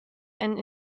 and